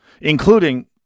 including